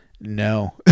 no